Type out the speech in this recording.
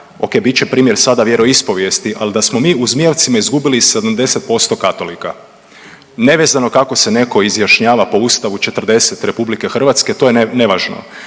ok bit će primjer sada vjeroispovijesti, ali da smo mi u Zmijavcima izgubili 70% Katolika. Nevezano kako se neko izjašnjava po Ustavu 40. RH to je nevažno,